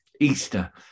Easter